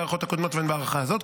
הן בהארכות הקודמות והן בהארכה הזו,